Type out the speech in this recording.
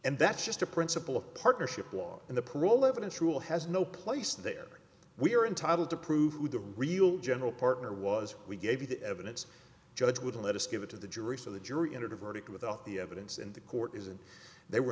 and that's just a principle of partnership law and the parole evidence rule has no place there we are entitled to prove who the real general partner was we gave you the evidence judge would let us give it to the jury so the jury entered a verdict with all the evidence in the court is and they were